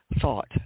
thought